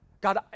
God